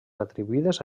atribuïdes